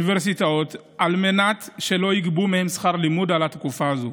ואוניברסיטאות על מנת שלא יגבו מהם שכר לימוד על התקופה הזאת.